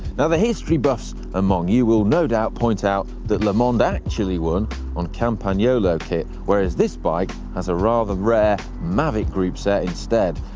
now the history buffs among you will no doubt point out that lemond actually won on campagnolo kit, whereas this bike has a rather rare mavic groupset instead.